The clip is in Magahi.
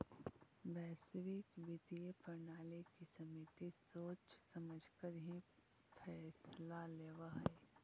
वैश्विक वित्तीय प्रणाली की समिति सोच समझकर ही फैसला लेवअ हई